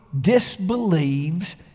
disbelieves